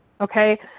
Okay